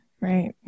Right